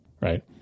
right